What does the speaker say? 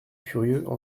furieux